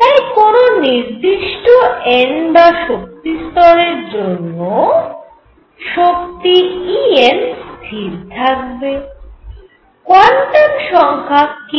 তাই কোন নির্দিষ্ট n বা শক্তি স্তরের জন্য শক্তি En স্থির থাকবে কোয়ান্টাম সংখ্যা k